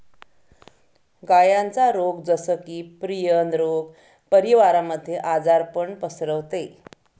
गायांचा रोग जस की, प्रियन रोग परिवारामध्ये आजारपण पसरवते